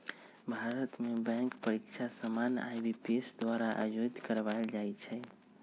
भारत में बैंक परीकछा सामान्य आई.बी.पी.एस द्वारा आयोजित करवायल जाइ छइ